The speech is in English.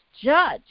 judge